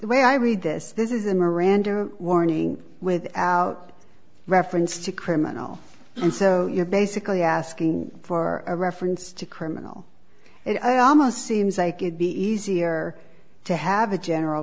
the way i read this this is a miranda warning without reference to criminal and so you're basically asking for a reference to criminal it almost seems like it'd be easier to have a general